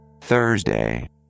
Thursday